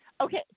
Okay